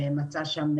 ומצא שם,